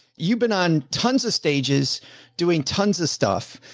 you've been on tons of stages doing tons of stuff.